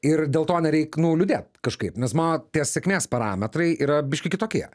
ir dėl to nereik nu liūdėt kažkaip nes mano tie sėkmės parametrai yra biškį kitokie